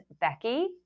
Becky